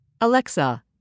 Alexa